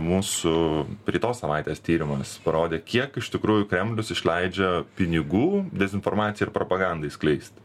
mūsų praeitos savaitės tyrimas parodė kiek iš tikrųjų kremlius išleidžia pinigų dezinformacijai ir propagandai skleisti